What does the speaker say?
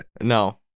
No